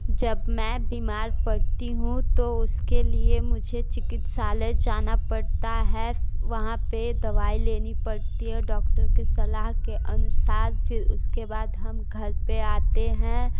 जब मैं बीमार पड़ती हूँ तो उसके लिए मुझे चिकित्सालय जाना पड़ता है वहाँ पर दवाई लेनी पड़ती है डॉक्टर के सलाह के अनुसार फिर उसके बाद हम घर पर आते हैं